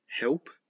Help